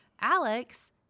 Alex